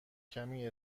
کمی